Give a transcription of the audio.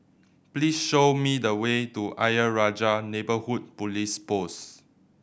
please show me the way to Ayer Rajah Neighbourhood Police Post